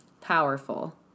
Powerful